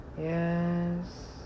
Yes